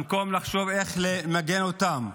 במקום לחשוב איך למגן אותם,